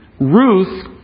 Ruth